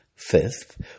Fifth